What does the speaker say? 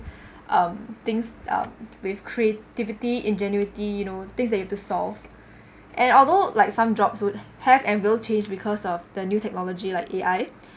um things um with creativity ingenuity you know things that you have to solve and although like some jobs would have and will change because of the new technology like A_I